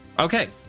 Okay